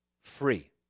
free